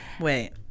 Wait